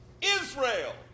Israel